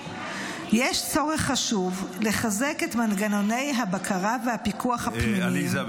יש צורך חשוב לחזק את מנגנוני הבקרה והפיקוח הפנימיים --- עליזה,